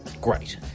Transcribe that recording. Great